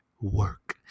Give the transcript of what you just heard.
work